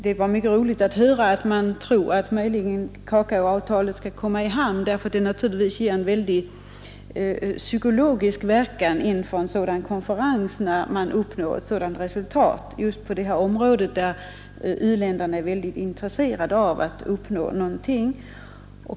Det var mycket glädjande att höra att man tror att kakaoavtalet möjligen skall kunna gå i hamn, eftersom ett sådant besked på ett område som detta, där u-länderna är mycket intresserade av att uppnå något resultat, naturligtvis har en stor psykologisk inverkan inför en konferens av detta slag.